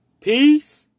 Peace